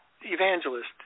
evangelist